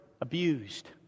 abused